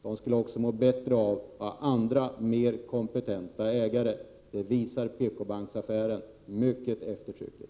Det skulle också vara bättre att ha andra, mer kompetenta 67 ägare. Det visar PKbanksaffären mycket eftertryckligt.